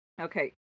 okay